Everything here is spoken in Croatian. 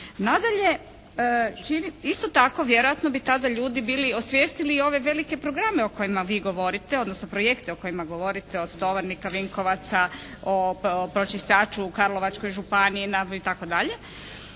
Nadalje, isto tako vjerojatno bi tada ljudi bili osvijestili i ove velike programe o kojima vi govorite, odnosno projekte o kojima govorite, od Tovarnika, Vinkovaca, o pročistaču u Karlovačkoj županiji, itd.